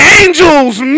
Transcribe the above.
angels